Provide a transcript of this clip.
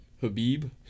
Habib